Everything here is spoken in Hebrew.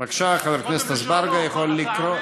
בבקשה, חבר הכנסת אזברגה יכול לקרוא,